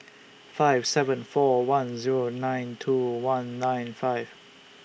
five seven four one Zero nine two one nine five